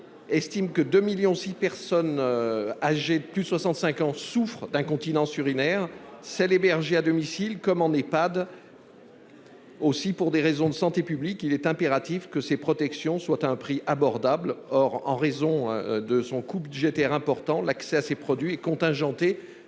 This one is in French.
estime que 2,6 millions de personnes âgées de plus de 65 ans en souffrent, qu'elles soient hébergées à domicile ou en Ehpad. Pour des raisons de santé publique, il est impératif que ces protections aient un prix abordable. En raison de son coût budgétaire important, l'accès à ces produits est en effet